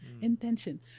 intention